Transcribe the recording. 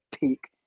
peak